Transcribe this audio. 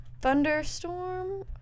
thunderstorm